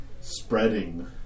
spreading